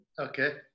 Okay